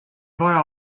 vaja